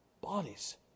bodies